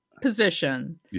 position